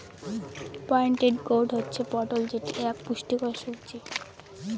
pointed gourd হচ্ছে পটল যেটি এক পুষ্টিকর সবজি